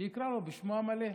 שיקרא בשם המלא.